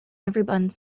everyone